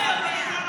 לא יודע.